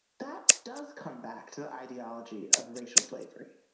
that does come back to the ideology of racial slavery.